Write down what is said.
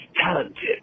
talented